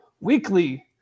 weekly